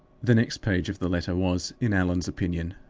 the next page of the letter was, in allan's opinion,